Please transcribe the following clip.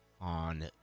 on